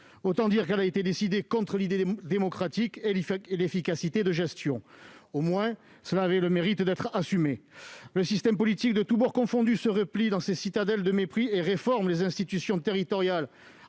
Autant dire qu'elle a été décidée contre l'idée démocratique et l'efficacité de gestion ... Au moins, cela avait le mérite d'être assumé ! Le système politique, tous bords confondus, se replie dans ses citadelles de mépris et réforme les institutions territoriales